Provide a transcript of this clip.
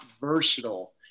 versatile